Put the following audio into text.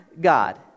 God